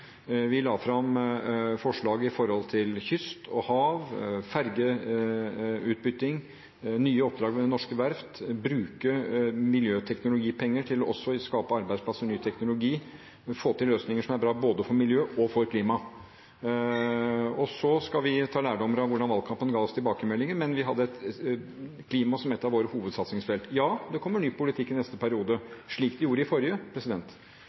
Vi la fram forslag angående kyst og hav, fergeutbytting, nye oppdrag ved norske verft, å bruke miljøteknologipenger til også å skape arbeidsplasser innen ny teknologi og å få til løsninger som er bra både for miljø og klima. Så skal vi ta lærdom av hvordan valgkampen ga oss tilbakemeldinger. Men vi hadde klima som ett av våre hovedsatsingsfelt. Ja, det kommer ny politikk i neste periode, slik det gjorde i forrige